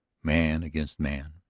man against man,